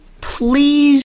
please